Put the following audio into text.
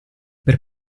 per